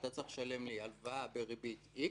אתה צריך לשלם לי הלוואה בריבית X